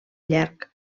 llarg